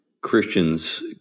Christians